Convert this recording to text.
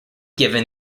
given